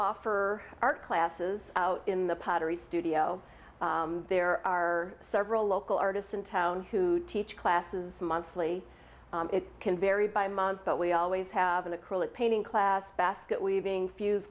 offer our classes out in the pottery studio there are several local artists in town who teach classes monthly it can vary by month but we always have an acrylic painting class basket weaving fu